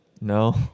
No